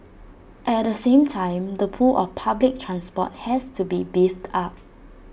at the same time the pull of public transport has to be beefed up